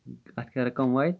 اَتھ کیاہ رَقم واتہِ